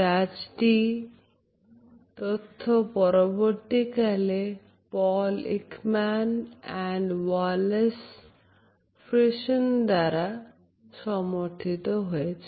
Duchenne de Boulogneএই তথ্য পরবর্তীকালে Paul Ekman এবং Wallace Friesen দ্বারা সমর্থিত হয়েছে